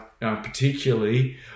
particularly